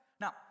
Now